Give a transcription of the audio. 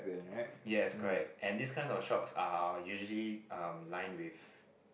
yes correct and these kind of shops are usually um line with